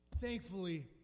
Thankfully